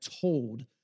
told